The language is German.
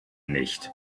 nicht